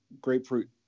grapefruit